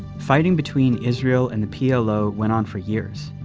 fighting between israel and the plo went on for years,